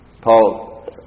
Paul